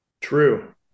True